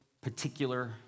particular